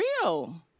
real